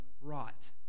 rot